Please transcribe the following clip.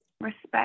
Respect